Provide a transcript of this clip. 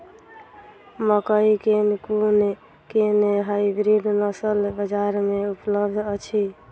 मकई केँ कुन केँ हाइब्रिड नस्ल बजार मे उपलब्ध अछि?